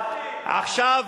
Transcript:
12. עכשיו,